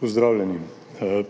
Pozdravljeni!